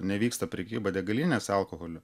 nevyksta prekyba degalinėse alkoholiu